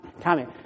Tommy